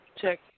check